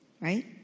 right